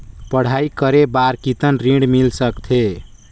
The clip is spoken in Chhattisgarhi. पढ़ाई करे बार कितन ऋण मिल सकथे?